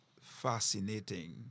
fascinating